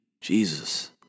Jesus